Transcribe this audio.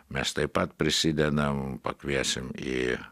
mes taip pat prisidedam pakviesim į